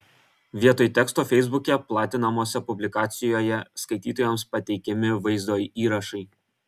vietoj teksto feisbuke platinamose publikacijoje skaitytojams pateikiami vaizdo įrašai